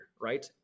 right